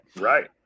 Right